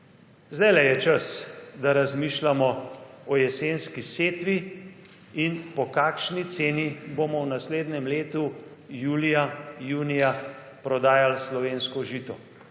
Zdajle je čas, da razmišljamo o jesenski setvi in po kakšni ceni bomo v naslednjem letu julija, junija, prodajali slovensko žito.